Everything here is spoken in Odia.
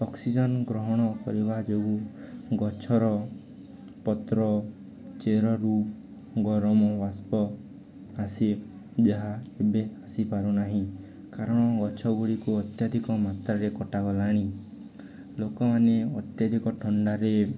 ଅକ୍ସିଜେନ ଗ୍ରହଣ କରିବା ଯୋଗୁଁ ଗଛର ପତ୍ର ଚେରରୁ ଗରମ ବାଷ୍ପ ଆସେ ଯାହା ଏବେ ଆସିପାରୁନାହିଁ କାରଣ ଗଛ ଗୁଡ଼ିକୁ ଅତ୍ୟଧିକ ମାତ୍ରାରେ କଟାଗଲାଣି ଲୋକମାନେ ଅତ୍ୟଧିକ ଥଣ୍ଡାରେ